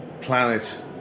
planet